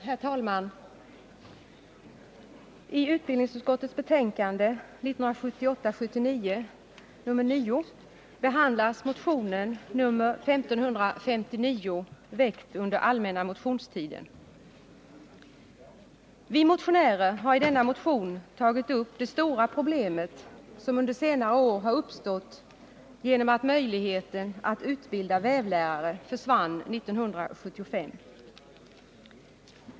Herr talman! I utbildningsutskottets betänkande 1978/79:9 behandlas motionen 1559, väckt under den allmänna motionstiden. Vi motionärer har i denna motion tagit upp det stora problem som under senare år uppstått genom att möjligheten att utbilda vävlärare försvann 1975.